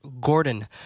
Gordon